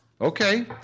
Okay